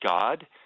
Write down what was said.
God